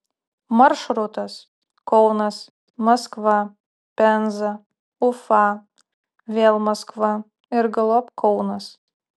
maršrutas kaunas maskva penza ufa vėl maskva ir galop kaunas